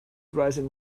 rising